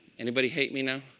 anybody hate me now?